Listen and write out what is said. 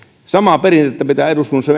samaa perinnettä pitää eduskunnassa